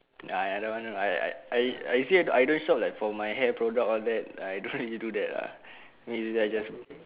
nah I don't one to I I I I say I don't shop like for my hair products all that I don't really do that lah maybe I just